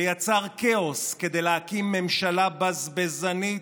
ויצר כאוס כדי להקים ממשלה בזבזנית,